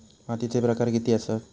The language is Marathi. मातीचे प्रकार किती आसत?